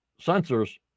sensors